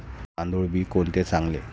तांदूळ बी कोणते चांगले?